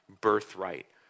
birthright